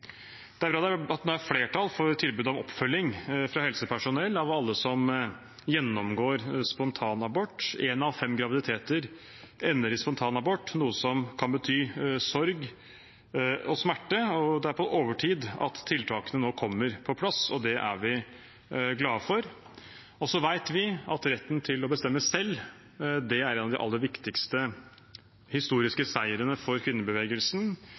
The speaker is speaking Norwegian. Det er bra det nå er flertall for tilbud om oppfølging fra helsepersonell av alle som gjennomgår spontanabort. Én av fem graviditeter ender i spontanabort, noe som kan bety sorg og smerte, og det er på overtid at tiltakene nå kommer på plass. Det er vi glad for. Vi vet at retten til å bestemme selv er en av de aller viktigste historiske seirene for kvinnebevegelsen.